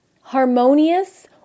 harmonious